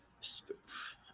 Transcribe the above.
Spoof